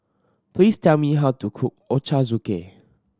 please tell me how to cook Ochazuke